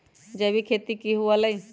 जैविक खेती की हुआ लाई?